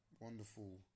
Wonderful